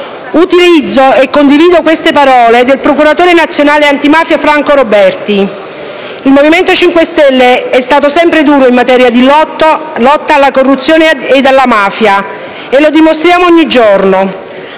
utilizzo e condivido queste parole del procuratore nazionale antimafia Franco Roberti. Il Movimento 5 Stelle è stato sempre duro in materia di lotta alla corruzione e alla mafia e lo dimostriamo ogni giorno.